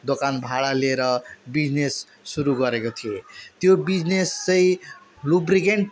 दोकान भाडा लिएर बिजनेस सुरु गरेको थिएँ त्यो बिजनेस चै लुब्रिकेन्ट